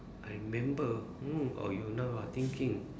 I remember mm or you now are thinking